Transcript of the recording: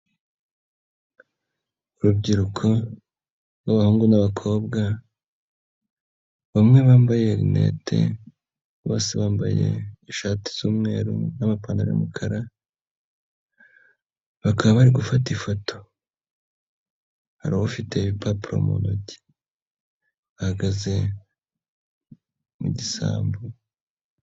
Urubyiruko rw'abahungu n'abakobwa bamwe bambaye linete bose bambaye ishati z'umweru n'amapantaro y'umukara, bakaba bari gufata ifoto hari ufite ibipupro mu ntoki bahagaze mu gisambu.